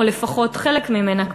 או לפחות חלק ממנה,